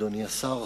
אדוני השר,